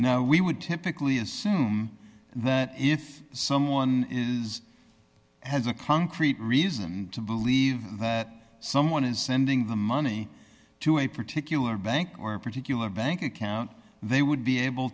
now we would typically assume that if someone is has a concrete reason to believe that someone is sending the money to a particular bank or a particular bank account they would be able